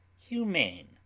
Humane